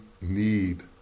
need